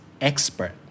expert